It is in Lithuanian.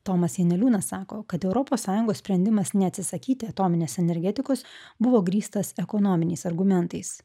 tomas janeliūnas sako kad europos sąjungos sprendimas neatsisakyti atominės energetikos buvo grįstas ekonominiais argumentais